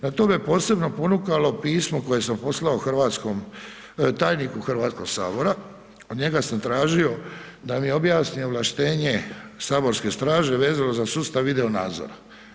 Na to me posebno ponukalo pismo koje sam poslao hrvatskom, tajniku Hrvatskoga sabora, od njega sam tražio da mi objasni ovlaštenje Saborske straže vezano za sustav video nadzora.